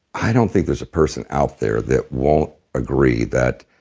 i don't think there's a person out there that won't agree that,